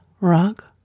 rock